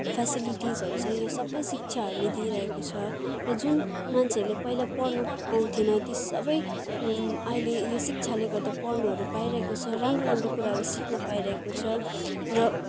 फ्यासिलिटिसहरू छ यो सबै शिक्षाहरूले दिइरहेको छ र जुन मान्छेहरूले पहिला पढ्नु पाउँथेन ती सबै अहिले यो शिक्षाले गर्दा पढ्नुहरू पाइरहेको छ राम्रो राम्रो कुराहरू सिक्न पाइरहेको छ र